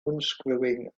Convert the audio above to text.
unscrewing